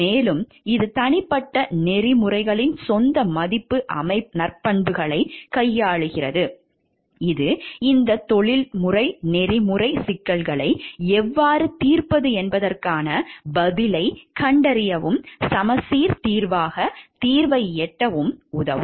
மேலும் இது தனிப்பட்ட நெறிமுறைகளின் சொந்த மதிப்பு அமைப்பு நற்பண்புகளைக் கையாள்கிறது இது இந்த தொழில்முறை நெறிமுறை சிக்கல்களை எவ்வாறு தீர்ப்பது என்பதற்கான பதிலைக் கண்டறியவும் சமச்சீர் தீர்வாக தீர்வை எட்டவும் உதவும்